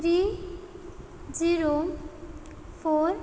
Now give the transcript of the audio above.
three zero four